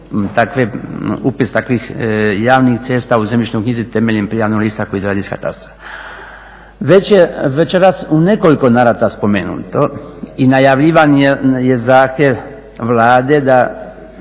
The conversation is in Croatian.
upis takvih javnih cesta u zemljišnoj knjizi temeljem prijavnog lista koji dolazi iz katastra. Već je večeras u nekoliko navrata spomenuto i najavljivan je zahtjev Vlade,